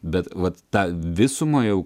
bet vat tą visumą jau